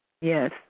Yes